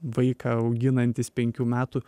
vaiką auginantis penkių metų